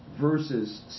versus